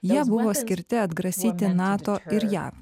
jie buvo skirti atgrasyti nato ir jav